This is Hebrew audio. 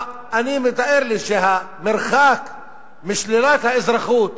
אני מתאר לי שהמרחק משלילת האזרחות